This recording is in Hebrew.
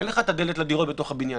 אין לך מפתח לדירות בתוך הבניין.